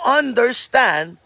understand